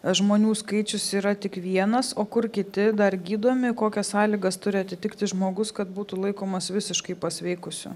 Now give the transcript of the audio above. žmonių skaičius yra tik vienas o kur kiti dar gydomi kokias sąlygas turi atitikti žmogus kad būtų laikomas visiškai pasveikusiu